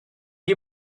you